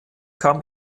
kam